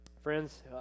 Friends